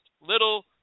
little